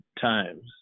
times